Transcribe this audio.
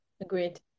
agreed